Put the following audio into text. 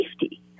safety